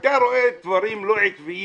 אתה רואה דברים לא עקביים,